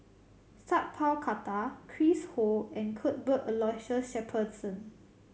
Sat Pal Khattar Chris Ho and Cuthbert Aloysius Shepherdson